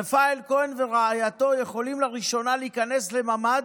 רפאל כהן ורעייתו יכולים לראשונה להיכנס לממ"ד.